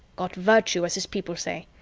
got virtue, as his people say.